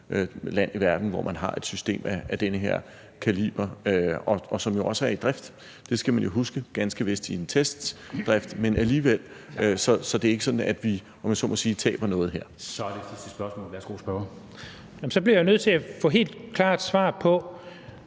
land i verden, hvor man har et system af den her kaliber, og som jo også er i drift – det skal man jo huske – ganske vist i testdrift, men alligevel. Så det er ikke sådan, at vi, om man så må sige, taber noget her. Kl. 13:20 Formanden (Henrik Dam Kristensen): Så er det sidste spørgsmål. Værsgo til